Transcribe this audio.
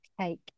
cake